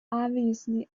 obviously